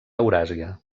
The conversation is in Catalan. euràsia